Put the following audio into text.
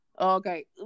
Okay